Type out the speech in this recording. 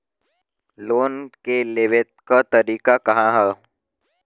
Loan के लेवे क तरीका का ह?